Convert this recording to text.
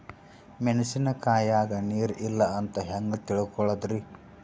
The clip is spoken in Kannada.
ಮೆಣಸಿನಕಾಯಗ ನೀರ್ ಇಲ್ಲ ಅಂತ ಹೆಂಗ್ ತಿಳಕೋಳದರಿ?